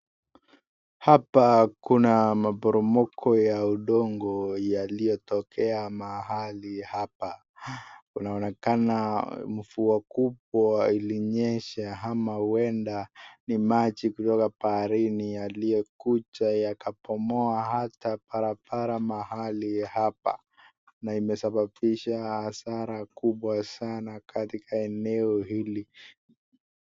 Hapa kuna mporomoko ya udongo yaliyotokea mahali hapa. Inaonekana mvua kubwa ilinyesha ama huenda ni maji kutoka baharini yaliyokuja yakapomoa hata barabara mahali hapa, na imesababisha hasara kubwa sana katika eneo hili.